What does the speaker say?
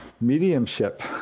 Mediumship